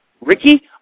Ricky